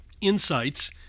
insights